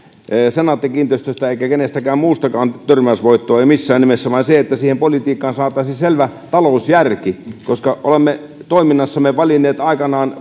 senaatti kiinteistöistä tai kenestäkään muustakaan tyrmäysvoittoa en missään nimessä vaan sitä että siihen politiikkaan saataisiin selvä talousjärki koska olemme toiminnassamme valinneet aikanaan